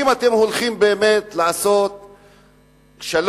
אם אתם הולכים באמת לעשות שלום,